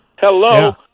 Hello